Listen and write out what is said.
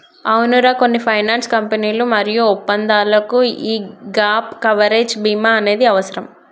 అవునరా కొన్ని ఫైనాన్స్ కంపెనీలు మరియు ఒప్పందాలకు యీ గాప్ కవరేజ్ భీమా అనేది అవసరం